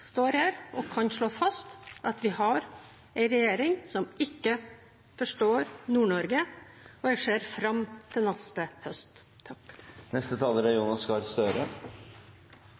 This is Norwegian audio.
står her og kan slå fast at vi har en regjering som ikke forstår Nord-Norge, og jeg ser fram til neste høst.